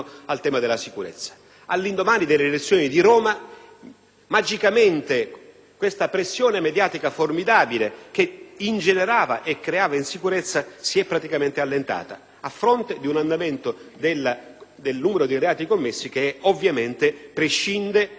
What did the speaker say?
magicamente questa pressione mediatica formidabile che ingenerava e creava insicurezza si è praticamente allentata, a fronte di un andamento del numero di reati commessi che ovviamente prescinde da questi elementi. Avete